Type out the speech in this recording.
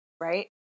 right